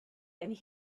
and